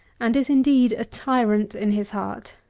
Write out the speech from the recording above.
and is, indeed, a tyrant in his heart.